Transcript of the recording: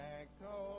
echo